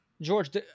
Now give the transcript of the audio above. George